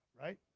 right